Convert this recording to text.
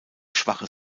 schwache